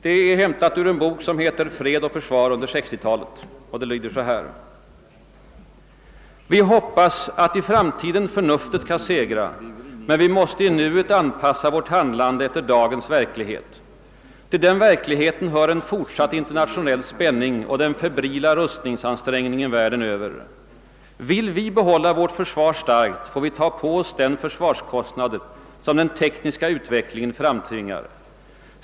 Det är hämtat ur en bok som heter >Fred och försvar under 60-talet>: »Vi hoppas att i framtiden förnuftet skall segra, men vi måste i nuet anpassa vårt handlande efter dagens verklighet. Till den verkligheten hör en fortsatt internationell spänning och den febrila rustningsansträngningen världen Över. Vill vi behålla vårt försvar starkt, får vi ta på oss den försvarskostnad, som den tekniska utvecklingen framtvingar.